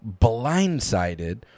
blindsided